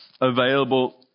available